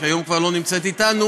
שהיום כבר לא נמצאת איתנו,